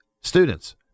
students